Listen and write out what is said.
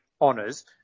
honors